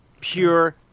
pure